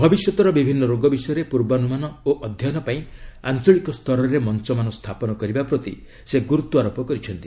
ଭବିଷ୍ୟତର ବିଭିନ୍ନ ରୋଗ ବିଷୟରେ ପୂର୍ବାନୁମାନ ଓ ଅଧ୍ୟୟନ ପାଇଁ ଆଞ୍ଚଳିକ ସ୍ତରରେ ମଞ୍ଚମାନ ସ୍ଥାପନ କରିବା ପ୍ରତି ସେ ଗ୍ରରତ୍ନାରୋପ କରିଛନ୍ତି